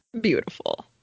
beautiful